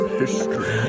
history